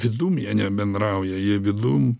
vidum jie nebendrauja jie vidum